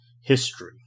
history